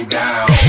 down